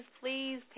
please